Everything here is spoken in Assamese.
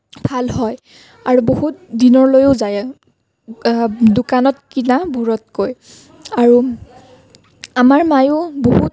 ভাল হয় আৰু বহুত দিনলৈও যায় দোকানত কিনাবোৰতকৈ আৰু আমাৰ মায়েও বহুত